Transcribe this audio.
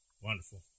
Wonderful